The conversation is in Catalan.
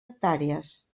hectàrees